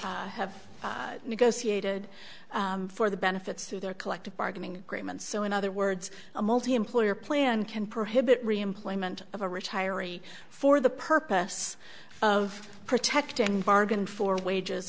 have negotiated for the benefits through their collective bargaining agreements so in other words a multiemployer plan can prohibit reemployment of a retiree for the purpose of protecting bargain for wages